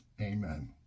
Amen